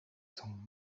sont